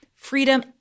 freedom